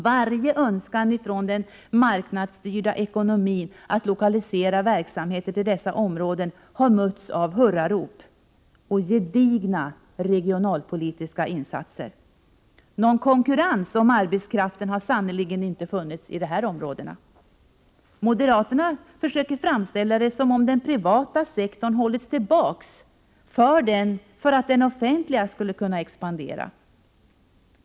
Varje önskan från den marknadsstyrda ekonomin att lokalisera verksamheter till dessa områden har mötts av hurrarop och gedigna regionalpolitiska insatser. Någon konkurrens om arbetskraften har sannerligen inte funnits i dessa områden. Moderaterna försöker framställa det som om den privata sektorn hållits tillbaka för att den offentliga skulle kunna expandera.